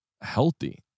healthy